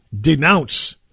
denounce